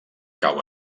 cau